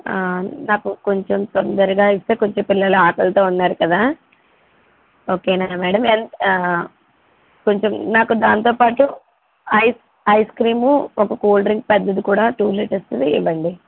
నాకు కొంచెము తొందరగా ఇస్తే కొంచెం పిల్లలు ఆకలితో ఉన్నారు కదా ఓకేనా మేడం ఎంత కొంచెం దాంతో పాటు ఐస్ ఐస్ క్రీమ్ ఒక కూల్ డ్రింక్ పెద్దది కుడా టూ లీటర్స్ది ఇవ్వండి